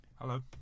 Hello